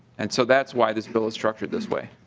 and so that's why this bill is drafted this way.